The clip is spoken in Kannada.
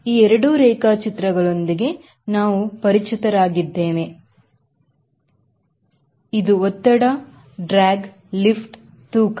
ಈ ಎರಡು ರೇಖಾಚಿತ್ರಗಳೊಂದಿಗೆ ನಾವು ಪರಿಚಿತರಾಗಿದ್ದೇವೆ ಒಂದು ಇದು ಒತ್ತಡ ಡ್ರ್ಯಾಗ್ ಲಿಫ್ಟ್ ತೂಕ